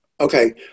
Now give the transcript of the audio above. Okay